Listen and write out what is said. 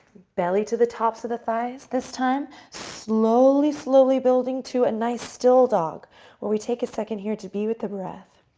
belly to the tops of the thighs. this time slowly, slowly building to a nice still dog where we take a second to be with the breath.